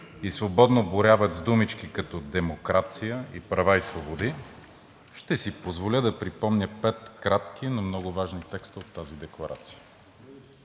и свободно боравят с думички като демокрация и права и свободи, ще си позволя да припомня пет кратки, но много важни текста от тази декларация,